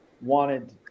wanted